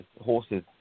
Horses